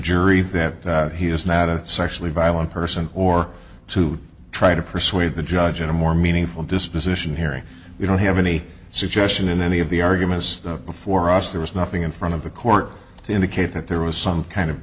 jury that he is not a sexually violent person or to try to persuade the judge in a more meaningful disposition hearing we don't have any suggestion in any of the arguments before us there was nothing in front of the court to indicate that there was some kind of